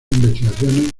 investigaciones